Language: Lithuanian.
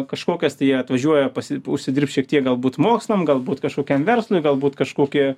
kažkokias tai jie atvažiuoja pasi užsidirbt šiek tiek galbūt mokslam galbūt kažkokiam verslui galbūt kažkokį